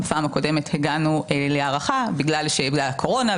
בפעם הקודמת הגענו להארכה בגלל הקורונה,